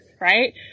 right